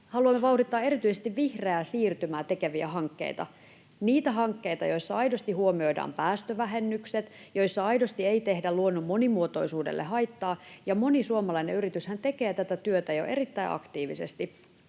haluamme vauhdittaa erityisesti vihreää siirtymää tekeviä hankkeita, niitä hankkeita, joissa aidosti huomioidaan päästövähennykset, joissa aidosti ei tehdä luonnon monimuotoisuudelle haittaa, ja moni suomalainen yrityshän tekee tätä työtä jo erittäin aktiivisesti.